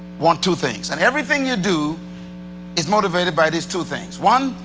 want two things. and everything you do is motivated by these two things. one,